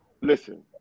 Listen